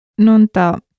Nunta